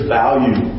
value